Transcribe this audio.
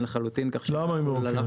לחלוטין כך שלא -- למה היא מרוקנת?